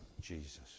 Jesus